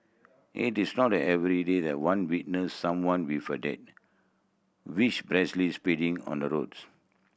it is not everyday that one witness someone with a dead wish speeding on the roads